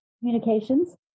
Communications